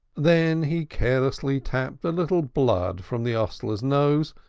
then he carelessly tapped a little blood from the hostler's nose,